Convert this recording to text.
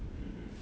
mm